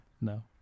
No